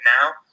now